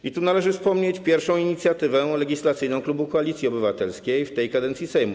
I tu należy wspomnieć pierwszą inicjatywę legislacyjną klubu Koalicji Obywatelskiej w tej kadencji Sejmu.